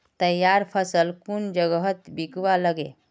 तैयार फसल कुन जगहत बिकवा लगे?